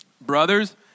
Brothers